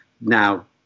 now